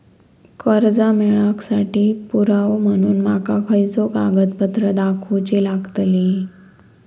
कर्जा मेळाक साठी पुरावो म्हणून माका खयचो कागदपत्र दाखवुची लागतली?